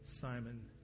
Simon